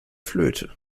flöte